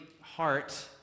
heart